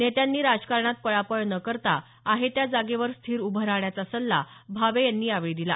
नेत्यांनी राजकारणात पळापळ न करता आहे त्या जागेवर स्थीर उभं राहण्याचा सल्ला भावे यांनी यावेळी दिला